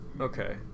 Okay